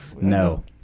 No